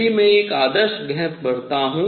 यदि मैं एक आदर्श गैस भरता हूँ